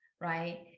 right